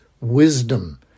wisdom